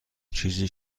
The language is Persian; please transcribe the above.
چیزی